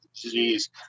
disease